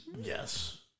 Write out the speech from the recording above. yes